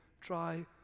try